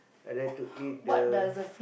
I like to eat the